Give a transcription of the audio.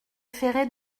ferrets